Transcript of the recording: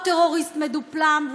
עוד טרוריסט מדופלם,